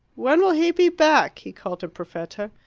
when will he be back? he called to perfetta.